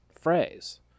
phrase